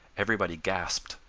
everybody gasped,